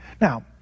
Now